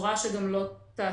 בצורה שגם לא תעשה